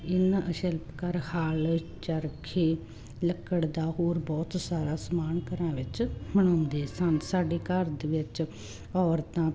ਇਹਨਾਂ ਸ਼ਿਲਪਕਾਰ ਹਲ ਚਰਖੇ ਲੱਕੜ ਦਾ ਹੋਰ ਬਹੁਤ ਸਾਰਾ ਸਮਾਨ ਘਰਾਂ ਵਿੱਚ ਬਣਾਉਂਦੇ ਸਨ ਸਾਡੇ ਘਰ ਦੇ ਵਿੱਚ ਔਰਤਾਂ